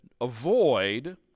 avoid